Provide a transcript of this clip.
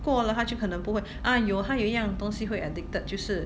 过了她就可能不会 ah 有她有一样东西会 addicted 就是